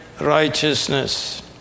righteousness